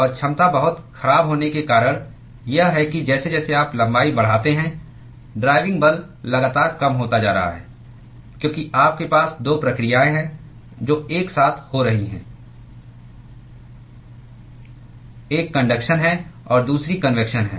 और क्षमता बहुत खराब होने का कारण यह है कि जैसे जैसे आप लंबाई बढ़ाते हैं ड्राइविंग बल लगातार कम होता जा रहा है क्योंकि आपके पास 2 प्रक्रियाएं हैं जो एक साथ हो रही हैं एक कन्डक्शन है और दूसरी कन्वेक्शन है